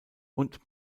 und